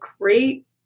great